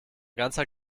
ganzer